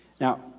Now